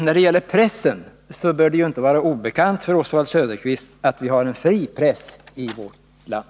När det gäller pressen bör det inte vara obekant för Oswald Söderqvist att vi har en fri press i vårt land.